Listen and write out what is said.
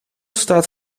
staat